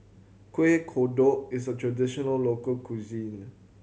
Kuih Kodok is a traditional local cuisine